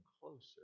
closer